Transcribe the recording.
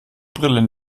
brille